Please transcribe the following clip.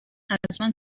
ازمن